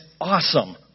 awesome